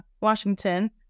Washington